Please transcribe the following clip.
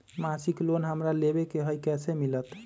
मासिक लोन हमरा लेवे के हई कैसे मिलत?